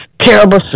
terrible